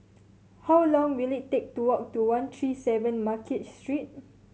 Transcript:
how long will it take to walk to one three seven Market Street